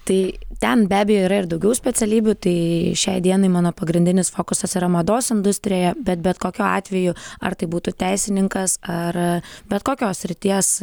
tai ten be abejo yra ir daugiau specialybių tai šiai dienai mano pagrindinis fokusas yra mados industrija bet bet kokiu atveju ar tai būtų teisininkas ar bet kokios srities